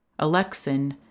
Alexin